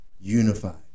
unified